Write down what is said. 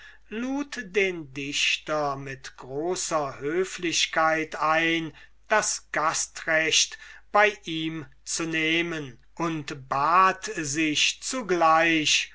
lud den dichter mit großer höflichkeit ein das gastrecht bei ihm zu nehmen und bat sich zugleich